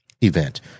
event